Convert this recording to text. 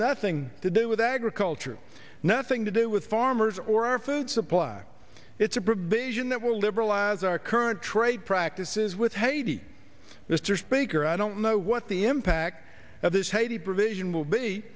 nothing to do with agriculture nothing to do with farmers or our food supply it's a provision that will liberalize our current trade practices with haiti mr speaker i don't know what the impact of this haiti provision will be